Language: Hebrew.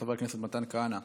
חבר הכנסת איימן עודה,